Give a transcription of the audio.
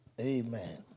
Amen